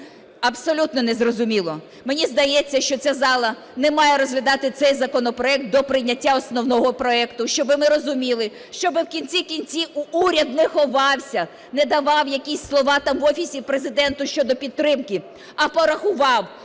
абсолютно незрозуміло. Мені здається, що ця зала не має розглядати цей законопроект до прийняття основного проекту, щоб ми розуміли, щоби в кінці кінців уряд не ховався, не давав якісь слова там в Офісі Президенту щодо підтримки, а порахував,